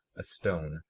a stone,